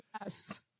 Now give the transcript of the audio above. Yes